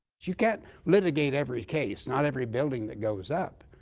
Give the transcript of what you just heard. you can't litigate every case not every building that goes up.